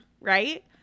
right